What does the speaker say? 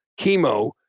chemo